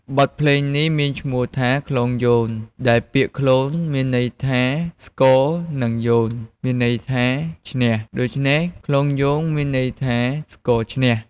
បទភ្លេងនេះមានឈ្មោះថា "ខ្លងយោន" ដែលពាក្យ "ខ្លង" មានន័យថាស្គរ និង "យោន" មានន័យថាឈ្នះ។ ដូច្នេះ "ខ្លងយោន" មានន័យថា "ស្គរឈ្នះ"។